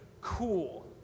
cool